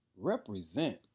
represent